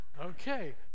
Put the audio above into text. Okay